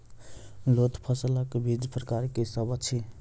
लोत फसलक बीजक प्रकार की सब अछि?